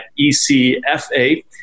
ECFA